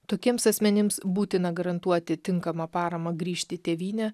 tokiems asmenims būtina garantuoti tinkamą paramą grįžti į tėvynę